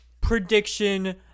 prediction